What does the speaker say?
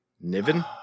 Niven